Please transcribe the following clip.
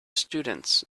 students